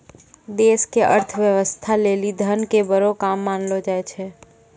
देश के अर्थव्यवस्था लेली धन के बड़ो काम मानलो जाय छै